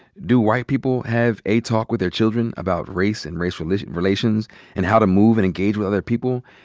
do white people have a talk with their children about race and race relations relations and how to move and engage with other people?